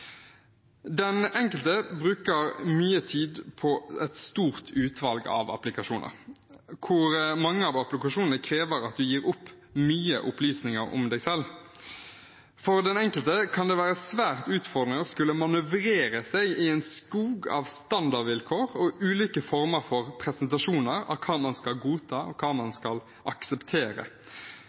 Den enkelte bruker mye tid på et stort utvalg applikasjoner, der mange krever at man oppgir mange opplysninger om seg selv. For den enkelte kan det være svært utfordrende å skulle manøvrere seg i en skog av standardvilkår og ulike former for presentasjoner av hva man skal godta, og hva man skal akseptere.